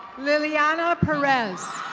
leliana perez.